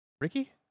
Ricky